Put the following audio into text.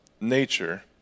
nature